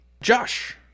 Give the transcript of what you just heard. Josh